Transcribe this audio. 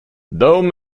though